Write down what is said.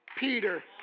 Peter